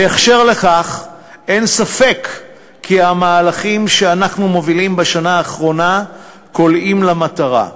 בקשר לכך אין ספק כי המהלכים שאנחנו מובילים בשנה האחרונה קולעים למטרה,